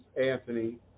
Anthony